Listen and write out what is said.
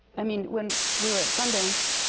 i mean, when we were at sundance,